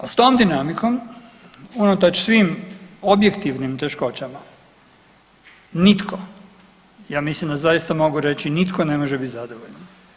A s tom dinamikom unatoč svim objektivnim teškoćama nitko ja mislim da zaista mogu reći nitko ne može biti zadovoljan.